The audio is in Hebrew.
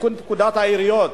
תיקון פקודת העיריות,